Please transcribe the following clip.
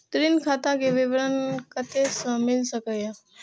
ऋण खाता के विवरण कते से मिल सकै ये?